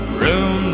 room